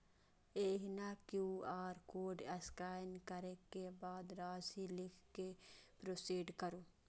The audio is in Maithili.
एहिना क्यू.आर कोड स्कैन करै के बाद राशि लिख कें प्रोसीड करू